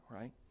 right